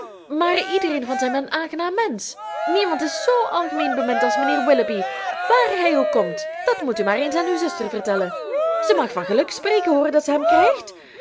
maar iedereen vindt hem een aangenaam mensch niemand is zoo algemeen bemind als mijnheer willoughby wààr hij ook komt dat moet u maar eens aan uw zuster vertellen ze mag van geluk spreken hoor dat ze hem krijgt